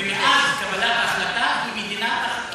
ומאז קבלת ההחלטה היא מדינה תחת